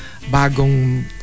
bagong